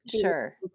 Sure